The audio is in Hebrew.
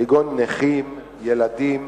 כגון נכים, ילדים,